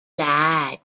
lied